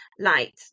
light